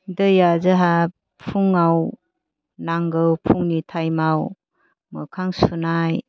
दैया जोंहा फुंआव नांगौ फुंनि थाइमआव मोखां सुनाय